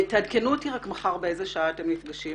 תעדכנו אותי רק מחר איפה ומתי אתם נפגשים.